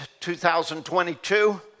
2022